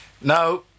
now